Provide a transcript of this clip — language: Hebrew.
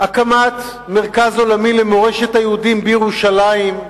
הקמת מרכז עולמי למורשת היהודים בירושלים,